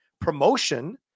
promotion